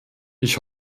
ich